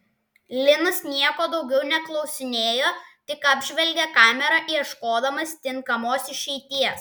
linas nieko daugiau neklausinėjo tik apžvelgė kamerą ieškodamas tinkamos išeities